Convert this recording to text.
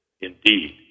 Indeed